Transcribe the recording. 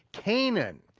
canaan.